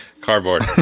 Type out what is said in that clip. Cardboard